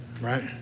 Right